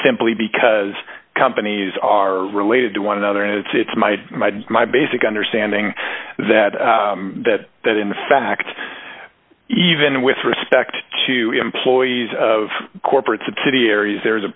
simply because companies are related to one another and it's my my basic understanding that that that in fact even with respect to employees of corporate subsidiaries there is a